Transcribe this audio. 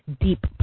deep